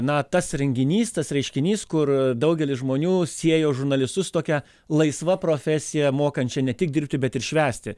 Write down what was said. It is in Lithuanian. na tas renginys tas reiškinys kur daugelis žmonių siejo žurnalistus su tokia laisva profesija mokančia ne tik dirbti bet ir švęsti